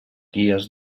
guies